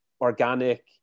organic